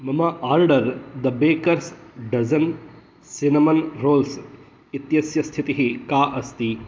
मम order the baker's dozen cinnamon rolls इत्यस्य स्थितिः का अस्ति